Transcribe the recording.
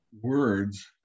words